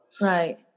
Right